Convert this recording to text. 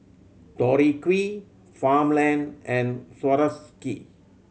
Tori Q Farmland and Swarovski